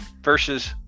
versus